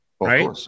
Right